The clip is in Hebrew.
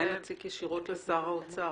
אולי נציק ישירות לשר האוצר,